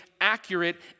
accurate